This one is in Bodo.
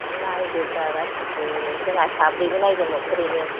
नायदोब्रा गासैबो जोंहा साब्रैबो नायगोन न'खरैनो